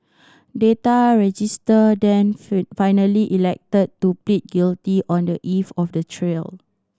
Data Register then finally elected to plead guilty on the eve of the trial